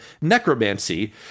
necromancy